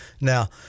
now